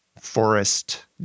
forest